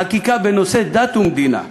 חקיקה בנושאי דת ומדינה.